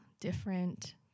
different